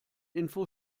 info